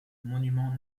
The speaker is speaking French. monument